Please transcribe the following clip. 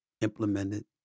implemented